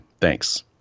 Thanks